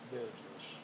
business